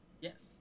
Yes